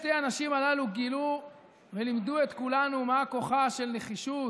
שתי הנשים הללו גילו ולימדו את כולנו מה כוחה של נחישות,